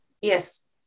yes